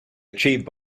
achieved